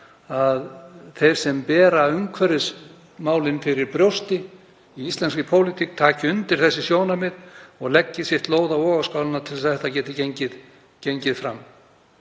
að þeir sem bera umhverfismálin fyrir brjósti í íslenskri pólitík taki undir þessi sjónarmið og leggi sitt lóð á vogarskálarnar til að þetta geti gengið fram.